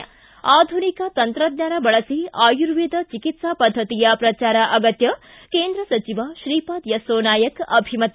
ಿ ಆಧುನಿಕ ತಂತ್ರಜ್ಞಾನ ಬಳಸಿ ಆಯುರ್ವೇದ ಚಿಕಿತ್ಸಾ ಪದ್ದತಿಯ ಪ್ರಜಾರ ಅಗತ್ಯ ಕೇಂದ್ರ ಸಚಿವ ಶ್ರೀಪಾದ್ ಯಸ್ಸೋ ನಾಯಕ್ ಅಭಿಮತ